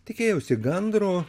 tikėjausi gandro